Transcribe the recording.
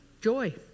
joy